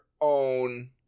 own